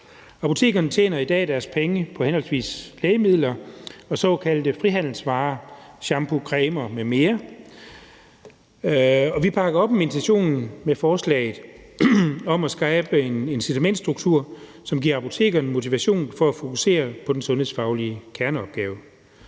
Apotekerne tjener i dag deres penge på henholdsvis lægemidler og såkaldte frihandelsvarer som shampoo, cremer m.m., og vi bakker op om intentionen med forslaget om at skabe en incitamentsstruktur, som giver apotekerne motivation for at fokusere på den sundhedsfaglige kerneopgave.